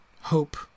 hope